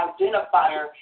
identifier